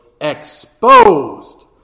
Exposed